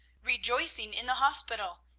rejoicing in the hospital!